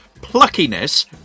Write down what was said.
pluckiness